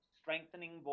strengthening